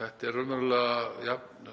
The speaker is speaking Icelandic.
Þetta er raunverulega jafn